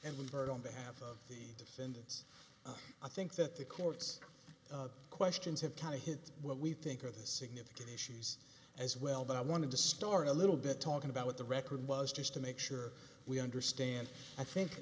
and we've heard on behalf of the defendants i think that the court's questions have tell him what we think of the significant issues as well but i wanted to start a little bit talking about what the record was just to make sure we understand i think